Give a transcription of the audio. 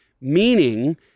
Meaning